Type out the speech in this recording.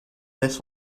this